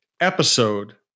episode